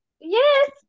Yes